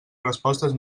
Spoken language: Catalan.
respostes